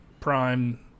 Prime